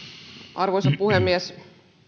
arvoisa puhemies